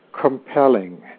compelling